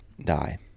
die